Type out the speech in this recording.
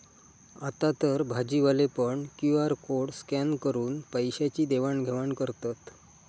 आतातर भाजीवाले पण क्यु.आर कोड स्कॅन करून पैशाची देवाण घेवाण करतत